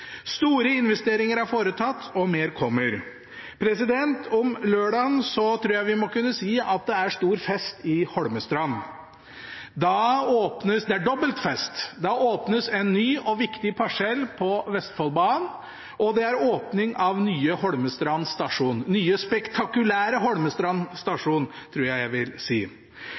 Store investeringer er foretatt, og mer kommer. På lørdag tror jeg vi må kunne si at det er stor fest i Holmestrand. Det er dobbelt fest, da åpnes en ny og viktig parsell på Vestfoldbanen, og det er åpning av nye Holmestrand stasjon – nye spektakulære Holmestrand stasjon, tror jeg jeg vil si.